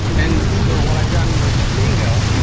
and so what i've done with mango,